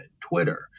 Twitter